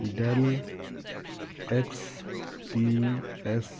dell X P S